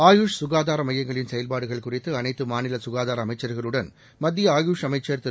ஆயுஷ் ககாதாரமையங்களின் செயல்பாடுகள் குறித்துஅனைத்துமாநிலசுகாதாரஅமைச்சர்களுடன் மத்திய ஆயுஷ் அமைச்சர் திரு